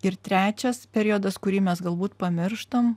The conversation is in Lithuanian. ir trečias periodas kurį mes galbūt pamirštam